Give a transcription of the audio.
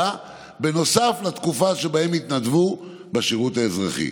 בנוסף לתקופה שבה הם התנדבו בשירות האזרחי.